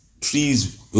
trees